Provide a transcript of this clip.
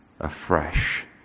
afresh